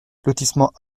lotissement